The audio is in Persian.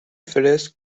فِرِسک